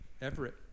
Everett